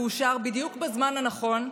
והוא אושר בדיוק בזמן הנכון.